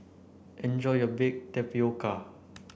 enjoy your bake tapioca